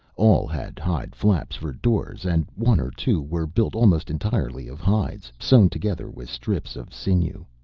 all had hide flaps for doors, and one or two were built almost entirely of hides, sewed together with strips of sinew.